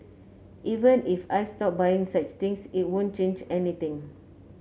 even if I stop buying such things it won't change anything